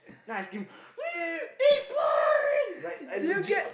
then I scream mm eight points like I legit